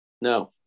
No